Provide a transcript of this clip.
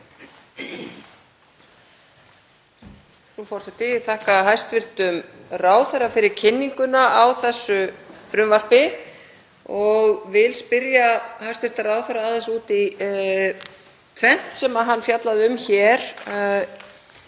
Frú forseti. Ég þakka hæstv. ráðherra fyrir kynninguna á þessu frumvarpi og vil spyrja hæstv. ráðherra aðeins út í tvennt sem hann fjallaði um hér